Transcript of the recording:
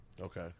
Okay